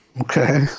Okay